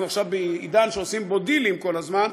אנחנו עכשיו בעידן שעושים בו דילים כל הזמן,